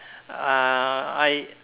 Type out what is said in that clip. uh I